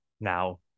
now